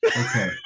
Okay